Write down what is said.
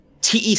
TEC